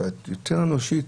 האנושית,